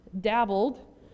dabbled